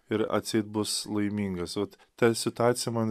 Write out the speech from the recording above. ir atseit bus laimingas vat ta situacija man